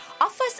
offers